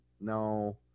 no